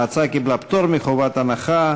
ההצעה קיבלה פטור מחובת הנחה.